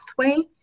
pathway